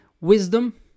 wisdom